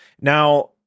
Now